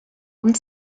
und